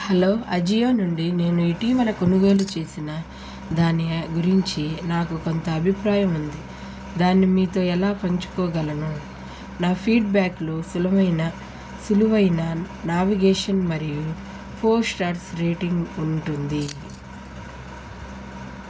hello Ajio నుండి నేను ఇటీవల కొనుగోలు చేసిన దాని గురించి నాకు కొంత అభిప్రాయం ఉంది దాన్ని మీతో ఎలా పంచుకోగలను నా ఫీడ్బ్యాక్లో సులభమైన సులువైన నావిగేషన్ మరియు ఫోర్ స్టార్స్ రేటింగ్ ఉంటుంది